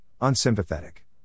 unsympathetic